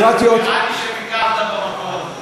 נראה לי שביקרת במקום,